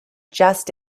just